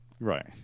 Right